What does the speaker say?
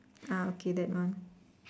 ah okay that one